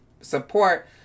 support